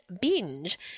binge